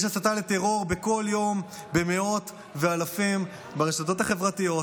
יש הסתה לטרור בכל יום במאות ובאלפים ברשתות החברתיות,